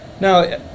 Now